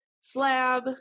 slab